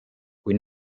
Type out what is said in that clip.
kui